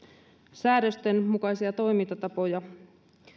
säädösten mukaisia toimintatapoja